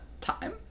time